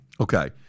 Okay